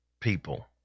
people